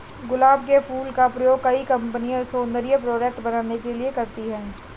गुलाब के फूल का प्रयोग कई कंपनिया सौन्दर्य प्रोडेक्ट बनाने के लिए करती है